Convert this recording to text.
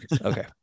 Okay